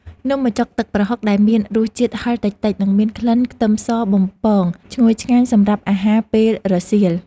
នំបញ្ចុកទឹកប្រហុកដែលមានរសជាតិហឹរតិចៗនិងមានក្លិនខ្ទឹមសបំពងឈ្ងុយឆ្ងាញ់សម្រាប់អាហារពេលរសៀល។